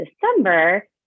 December